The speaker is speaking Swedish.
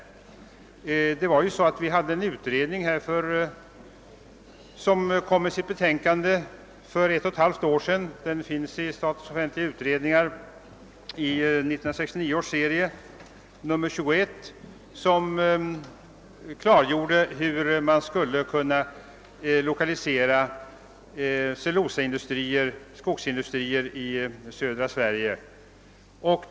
För ett och ett halvt år sedan framlade en utredning på detta område ett betänkande som redovisas i statens offentliga utredningar i 1969 års serie, ar 21. Utredningen klargjorde hur man skulle kunna lokalisera cellulosaindustrier och skogsindustrier i södra Sverige.